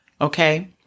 okay